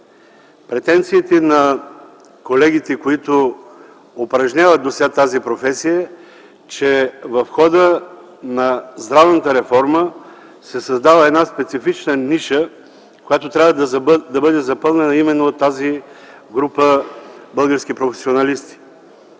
Претенциите на колегите, които упражняват досега тази професия, са, че в хода на здравната реформа се създава една специфична ниша, която трябва да бъде запълнена именно от тази група български професионалисти.